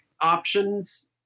options